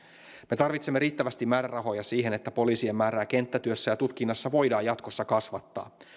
me tarvitsemme riittävästi määrärahoja siihen että poliisien määrää kenttätyössä ja tutkinnassa voidaan jatkossa kasvattaa